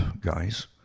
guys